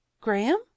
Graham